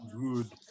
Good